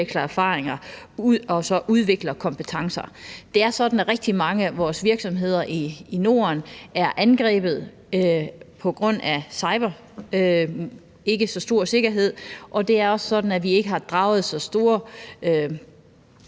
udveksler erfaringer og udvikler kompetencer. Det er sådan, at rigtig mange af vores virksomheder i Norden bliver angrebet, fordi deres cybersikkerhed ikke er så høj, og det er også sådan, at vi ikke har fået indledt